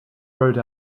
rode